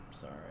Sorry